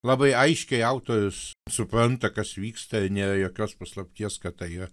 labai aiškiai autorius supranta kas vyksta nėra jokios paslapties kad tai yra